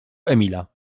emila